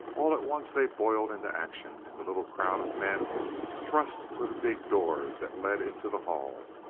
all at once they boiled into action and the little crowd of men thrust for the big doors that led into the hall.